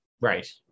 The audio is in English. right